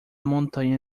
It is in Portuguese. montanha